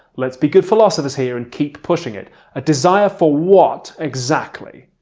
let's be good philosophers here and keep pushing it a desire for what exactly?